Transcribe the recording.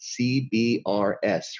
CBRS